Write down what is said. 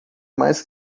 mais